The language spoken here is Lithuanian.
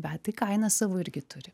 bet tai kainą savo irgi turi